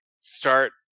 start